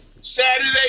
Saturday